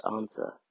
answer